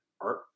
Art